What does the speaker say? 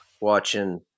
watching